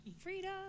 freedom